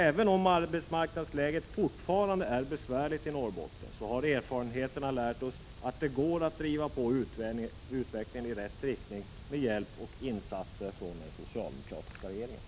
Även om arbetsmarknadsläget fortfarande är besvärligt i Norrbotten, så har erfarenheterna lärt oss att det går att driva på utvecklingen i rätt riktning med hjälp och insatser från den socialdemokratiska regeringen.